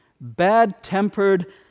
bad-tempered